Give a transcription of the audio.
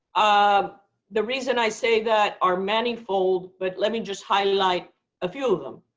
um the reasons i say that are manifold, but let me just highlight a few of them.